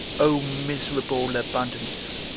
o miserable abundance,